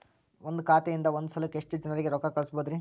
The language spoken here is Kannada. ಒಂದ್ ಖಾತೆಯಿಂದ, ಒಂದ್ ಸಲಕ್ಕ ಎಷ್ಟ ಜನರಿಗೆ ರೊಕ್ಕ ಕಳಸಬಹುದ್ರಿ?